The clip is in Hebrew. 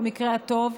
במקרה הטוב,